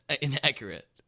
inaccurate